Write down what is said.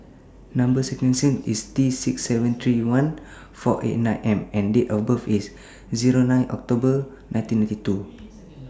Number sequence IS T six seven three one four eight nine M and Date of birth IS Zero nine October nineteen ninety two